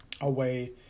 away